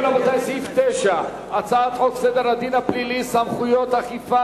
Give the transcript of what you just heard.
סעיף 9: הצעת חוק סדר הדין הפלילי (סמכויות אכיפה,